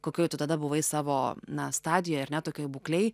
kokioj tu tada buvai savo na stadijoj ar ne tokioj būklėj